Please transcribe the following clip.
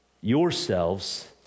yourselves